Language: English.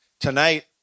Tonight